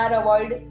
avoid